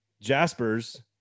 jaspers